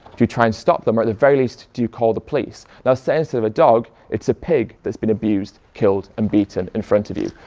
do you try and stop them? or at the very least you call the police? now say instead of a dog it's a pig that's been abused, killed and beaten in front of you.